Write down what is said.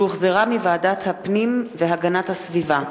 שהחזירה ועדת הפנים והגנת הסביבה,